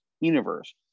universe